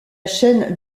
chaîne